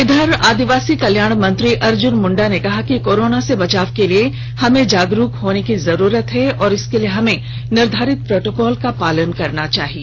इधर आदिवासी कल्याण मंत्री अर्जुन मुंडा ने कहा कि कोरोना से बचाव के लिए हमें जागरूक होने की जरूरत है और इसके लिए हमें निर्धारित प्रोटोकॉल का पालन करना चाहिए